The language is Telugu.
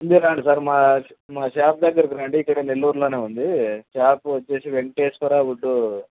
మీరు రండి సార్ మా మా షాప్ దగ్గరకి రండి ఇక్కడ నెల్లూర్లోనే ఉంది షాప్ వచ్చేసి వేంకటేశ్వర ఉడ్డు